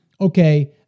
okay